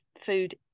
food